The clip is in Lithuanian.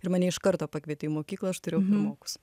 ir mane iš karto pakvietė į mokyklą aš turėjau pirmokus